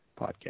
podcast